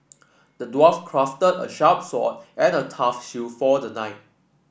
the dwarf crafted a sharp sword and a tough shield for the knight